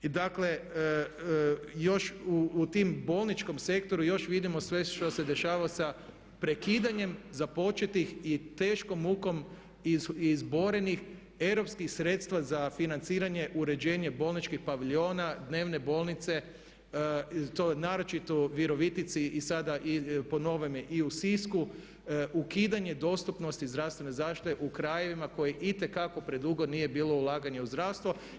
I dakle još u tom bolničkom sektoru još vidimo sve što se dešava sa prekidanjem započetih i teškom mukom izborenih europskih sredstava za financiranje uređenja bolničkih paviljona dnevne bolnice i to naročito u Virovitici i sada po novome i u Sisku, ukidanje dostupnosti zdravstvene zaštite u krajevima kojih itekako predugo nije bilo ulaganja u zdravstvo.